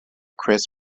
cris